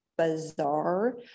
bizarre